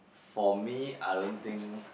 for me I don't think